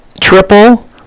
triple